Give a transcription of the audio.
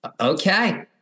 Okay